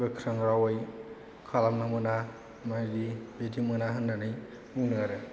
गोख्रों रावै खालामनो मोना बिदि मोना होननानै बुंदों आरो